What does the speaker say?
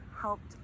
helped